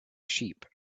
sheep